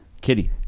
Kitty